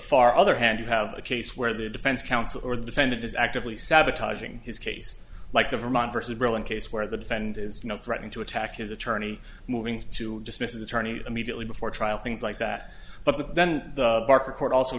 far other hand you have a case where the defense counsel or the defendant is actively sabotaging his case like the vermont vs brylin case where the defend is threatening to attack his attorney moving to dismiss is attorney immediately before trial things like that but the ben parker court also